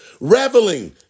Reveling